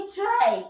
try